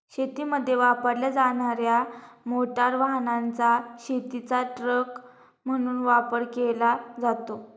शेतीमध्ये वापरल्या जाणार्या मोटार वाहनाचा शेतीचा ट्रक म्हणून वापर केला जातो